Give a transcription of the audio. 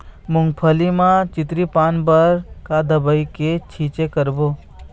मूंगफली म चितरी पान बर का दवई के छींचे करबो?